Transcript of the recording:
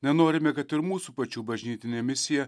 nenorime kad ir mūsų pačių bažnytinė misija